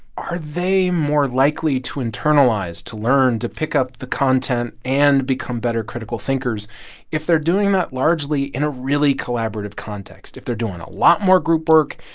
are they more likely to internalize to learn to pick up the content and become better critical thinkers if they're doing that largely in a really collaborative context, if they're doing a lot more group work,